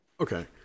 Okay